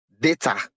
data